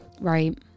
right